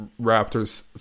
Raptors